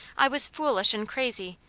i was foolish and crazy,